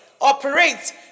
operate